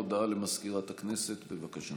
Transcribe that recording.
הודעה למזכירת הכנסת, בבקשה.